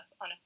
on